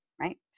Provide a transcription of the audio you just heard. right